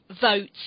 votes